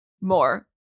more